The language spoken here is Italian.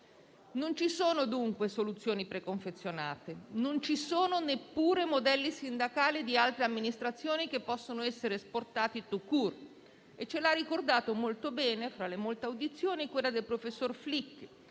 Non ci sono dunque soluzioni preconfezionate; non ci sono neppure modelli sindacali di altre amministrazioni che possono essere esportati *tout court*. Ce l'ha ricordato molto bene, fra le molte audizioni che abbiamo tenuto nel corso